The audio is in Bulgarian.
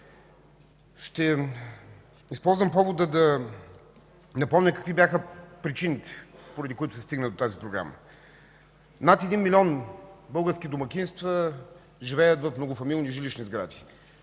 Ще използвам повода да напомня какви бяха причините, поради които се стигна до тази програма. Над 1 милион български домакинства живеят в многофамилни жилищни сгради.